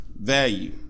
value